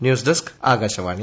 news desk Akashvani